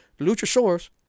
Luchasaurus